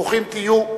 ברוכים תהיו.